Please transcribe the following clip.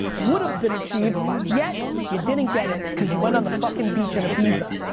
would've been achieved yet you didn't get it cause you went on the fucking beach in ibiza.